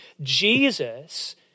Jesus